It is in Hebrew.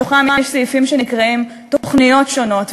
בתוכם יש סעיפים שנקראים "תוכניות שונות",